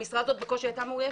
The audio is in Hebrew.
המשרה הזאת בקושי הייתה מאוישת.